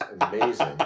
amazing